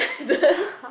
!huh!